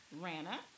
Rana